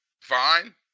Fine